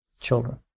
children